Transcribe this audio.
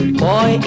boy